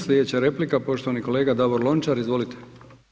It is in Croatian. Sljedeća replika poštovani kolega Davor Lončar, izvolite.